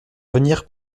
venir